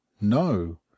no